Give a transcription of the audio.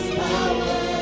power